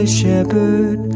shepherd